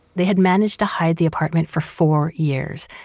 they had managed to hide the apartment for four years,